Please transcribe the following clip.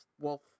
Wolf